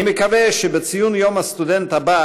אני מקווה שבציון יום הסטודנט הבא